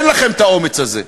אין לכם את האומץ הזה.